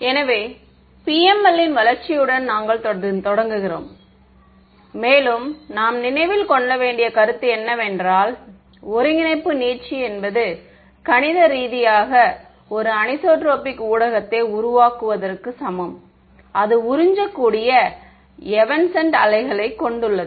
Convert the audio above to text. எனவே PML இன் வளர்ச்சியுடன் நாங்கள் தொடர்கிறோம் மேலும் நாம் நினைவில் கொள்ள வேண்டிய கருத்து என்னவென்றால் ஒருங்கிணைப்பு நீட்சி என்பது கணித ரீதியாக ஒரு அனிசோட்ரோபிக் ஊடகத்தை உருவாக்குவதற்கு சமம் அது உறிஞ்சக்கூடிய எவனெஸ்ண்ட் வேவ்களைக் கொண்டுள்ளது